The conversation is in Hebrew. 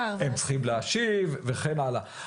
הם צריכים להשיב וכן הלאה.